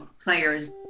players